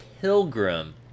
Pilgrim